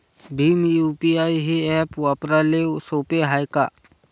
Bhim UPI हे app वापराले सोपे हाय का?